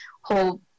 whole